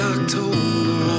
October